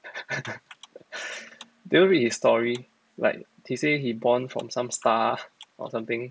did you read his story like he say he born from some star or something